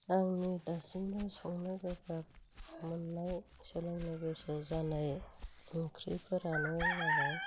आंनि दासिमबो संनो गोब्राब मोननाय सोलोंनो गोसो जानाय ओंख्रिफोरानो आंना